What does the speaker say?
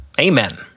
Amen